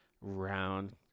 round